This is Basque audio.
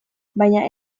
baina